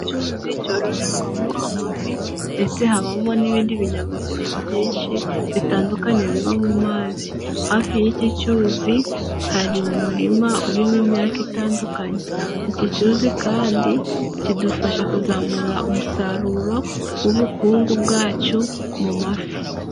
Icyuzi cyororerwamo amafi ndetse habamo n'ibindi binyabuzima byinshi bitandukanye biba mu mazi, hafi y'icyo cyuzi hari umurima urimo imyaka itandukanye, iki cyuzi kandi kidufasha kuzamura umusaruro w'ubukungu bwacyo mu mafi.